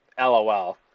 LOL